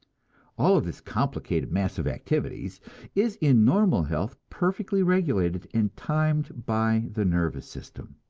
all of this complicated mass of activities is in normal health perfectly regulated and timed by the nervous system.